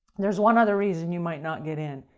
there's one other reason you might not get in.